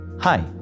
Hi